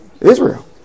Israel